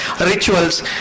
rituals